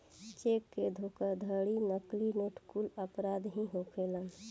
check के धोखाधड़ी, नकली नोट कुल अपराध ही होखेलेन